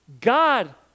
God